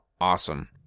awesome